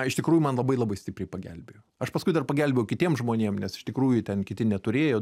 iš tikrųjų man labai labai stipriai pagelbėjo aš paskui dar pagelbėjau kitiem žmonėm nes iš tikrųjų ten kiti neturėjo